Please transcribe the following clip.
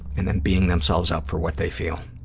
and then beating themselves up for what they feel.